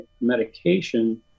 medication